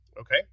Okay